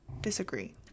disagree